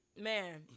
Man